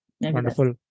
wonderful